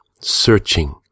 searching